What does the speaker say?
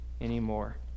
anymore